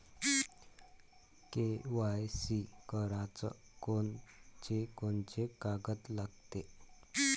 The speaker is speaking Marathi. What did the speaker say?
के.वाय.सी कराच कोनचे कोनचे कागद लागते?